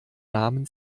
namen